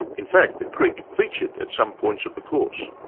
in fact the creek featured at some points of the course.